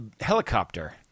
helicopter